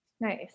Nice